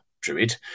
Druid